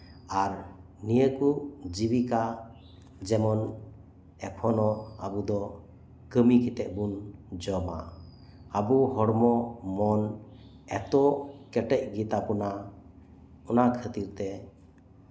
ᱟᱨ ᱱᱤᱭᱟᱹ ᱡᱤᱵᱤᱠᱟ ᱡᱮᱱᱚ ᱟᱵᱚ ᱫᱚ ᱮᱠᱷᱚᱱ ᱦᱚᱸ ᱠᱟᱹᱢᱤ ᱠᱟᱛᱮᱫ ᱵᱚᱱ ᱡᱚᱢᱟ ᱟᱵᱚ ᱦᱚᱲᱢᱚ ᱮᱠᱷᱚᱱᱦᱚᱸ ᱢᱚᱱ ᱮᱛᱚ ᱠᱮᱴᱮᱡ ᱜᱮᱛᱟᱵᱚᱱᱟ ᱚᱱᱟ ᱠᱷᱟᱹᱛᱤᱨᱛᱮ